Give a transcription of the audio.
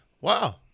wow